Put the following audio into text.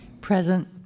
Present